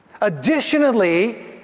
Additionally